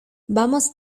vamos